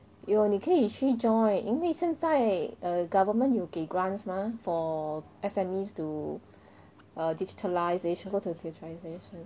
有你可以去 join 因为现在 err government 有给 grants mah for S_M_E to err digitalise go into digitalisation